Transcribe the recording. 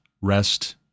rest